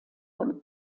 von